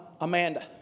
Amanda